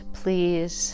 please